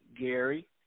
Gary